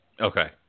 Okay